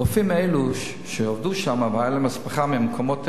הרופאים האלה שעבדו שם והיתה להם הסמכה מהמקומות האלה,